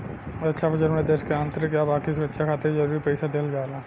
रक्षा budget में देश के आंतरिक आ बाकी सुरक्षा खातिर जरूरी पइसा दिहल जाला